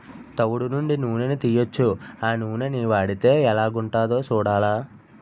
తవుడు నుండి నూనని తీయొచ్చు ఆ నూనని వాడితే ఎలాగుంటదో సూడాల